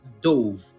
dove